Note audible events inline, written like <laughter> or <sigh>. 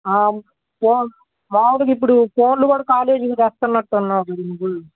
<unintelligible> మామూలుగా ఇప్పుడు ఫోన్లు కూడా కాలేజీకి తెస్తున్నట్లున్నారు అందరూ